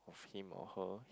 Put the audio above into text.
for him or her